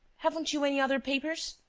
haven't you any other papers.